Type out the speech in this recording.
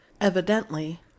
evidently